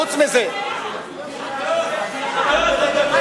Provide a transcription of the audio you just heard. תגיע למאה ה-18, נדבר.